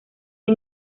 hay